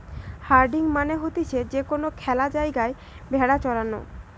herding মানে হতিছে যে কোনো খ্যালা জায়গায় ভেড়া চরানো